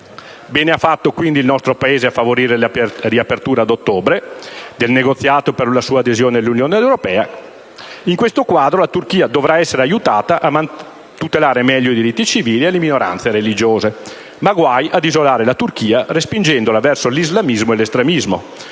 Bene ha fatto quindi il nostro Paese a favorire la riapertura ad ottobre del negoziato per la sua adesione all'Unione europea. In questo quadro, la Turchia dovrà essere aiutata a tutelare meglio i diritti civili e le minoranze religiose. Ma guai ad isolarla, spingendola verso l'islamismo e l'estremismo!